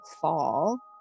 fall